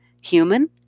human